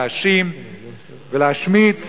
להאשים ולהשמיץ,